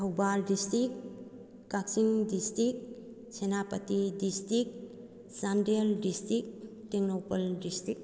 Thoubal district Kakching district Senapati district Chandel district Tengnoupal district